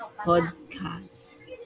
podcast